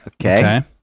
Okay